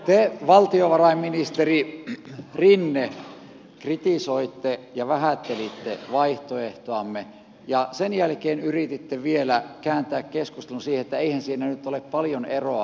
te valtiovarainministeri rinne kritisoitte ja vähättelitte vaihtoehtoamme ja sen jälkeen yrititte vielä kääntää keskustelun siihen että eihän siinä nyt ole paljon eroa hallituksen linjaan